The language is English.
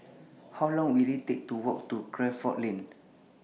How Long Will IT Take to Walk to Crawford Lane